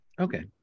Okay